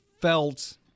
felt